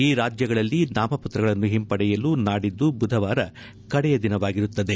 ಈ ರಾಜ್ಯಗಳಲ್ಲಿ ನಾಮಪತ್ರಗಳನ್ನು ಹಿಂಪಡೆಯಲು ನಾಡಿದ್ದು ಬುಧವಾರ ಕಡೆಯ ದಿನವಾಗಿರುತ್ತದೆ